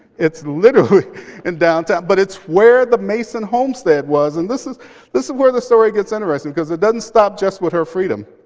it's literally in downtown, but it's where the mason homestead was. and this is this is where the story gets interesting because it doesn't stop just with her freedom.